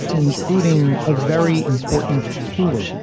including a very important hula hoop.